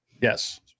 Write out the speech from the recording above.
Yes